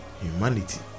humanity